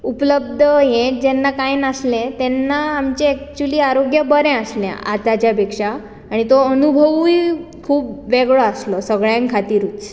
उपलब्ध हें जेन्ना कांय नाशिल्लें तेन्ना आमचें एकच्युली आरोग्य बरें आसलें आतांच्या पेक्षा आनी तो अनुभवूय खूब वेगळो आसलो सगळ्यां खातीरूच